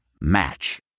Match